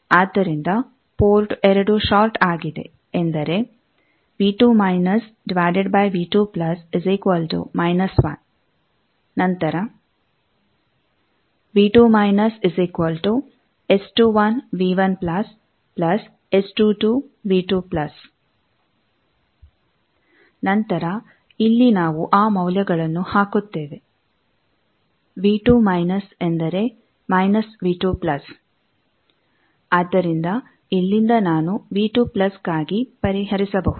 ಆದ್ದರಿಂದ port 2 short ಆಗಿದೆ ಎಂದರೆ ನಂತರ ನಂತರ ಇಲ್ಲಿ ನಾವು ಆ ಮೌಲ್ಯಗಳನ್ನು ಹಾಕುತ್ತೇವೆ ಆದ್ದರಿಂದ ಇಲ್ಲಿಂದ ನಾನು ಕ್ಕಾಗಿ ಪರಿಹರಿಸಬಹುದು